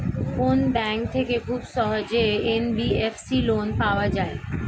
কোন ব্যাংক থেকে খুব সহজেই এন.বি.এফ.সি লোন পাওয়া যায়?